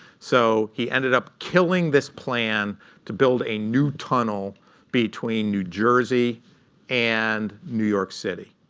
so he ended up killing this plan to build a new tunnel between new jersey and new york city.